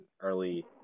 early